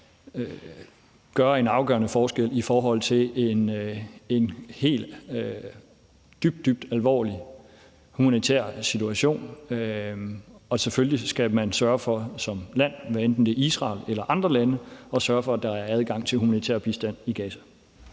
gøre en afgørende forskel i forhold til en dybt, dybt alvorlig humanitær situation. Selvfølgelig skal man sørge for som land, hvad enten det er Israel eller andre lande, at der er adgang til humanitær bistand i Gaza.